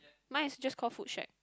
mine is just called Foodshed